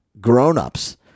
grownups